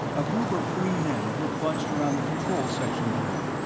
a group of three men were bunched around the control section door,